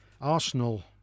Arsenal